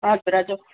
हजुर हजुर